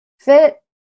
fit